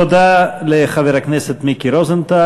תודה לחבר הכנסת מיקי רוזנטל.